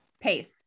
pace